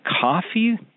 coffee